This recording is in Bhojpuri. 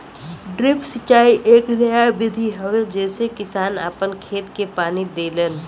ड्रिप सिंचाई एक नया विधि हवे जेसे किसान आपन खेत के पानी देलन